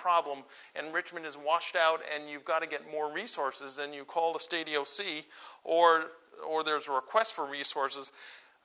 problem and richmond is washed out and you've got to get more resources and you call the stadio see or or there's a request for resources